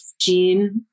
gene